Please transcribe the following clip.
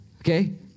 Okay